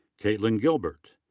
caitlyn gilbert.